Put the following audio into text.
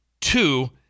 Two